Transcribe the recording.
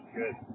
good